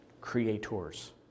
creators